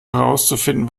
herauszufinden